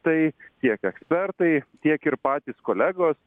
tai tiek ekspertai tiek ir patys kolegos